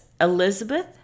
elizabeth